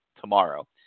tomorrow